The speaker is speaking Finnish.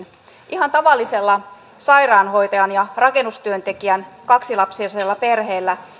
ihan tavallisella sairaanhoitajan ja rakennustyöntekijän kaksilapsisella perheellä